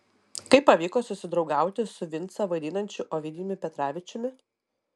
kaip pavyko susidraugauti su vincą vaidinančiu ovidijumi petravičiumi